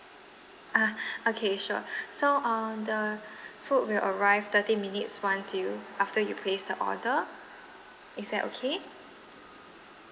ah okay sure so um the food will arrive thirty minutes once you after you placed the order is that okay